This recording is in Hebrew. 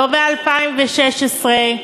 לא ב-2016,